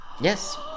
yes